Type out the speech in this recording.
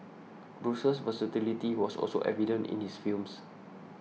Bruce's versatility was also evident in his films